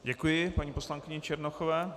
Děkuji paní poslankyni Černochové.